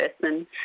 person